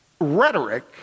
rhetoric